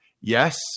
Yes